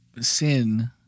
sin